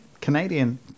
Canadian